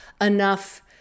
enough